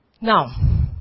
Now